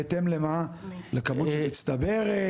בהתאם למה, לכמות מצטברת?